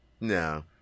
No